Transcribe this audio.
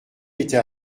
était